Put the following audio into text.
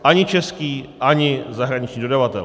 Ani český, ani zahraniční dodavatel.